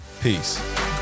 Peace